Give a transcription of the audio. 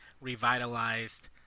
revitalized